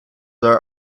are